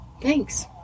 Thanks